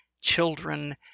children